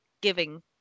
giving